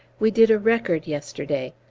we did a record yesterday.